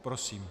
Prosím.